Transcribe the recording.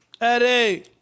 Eddie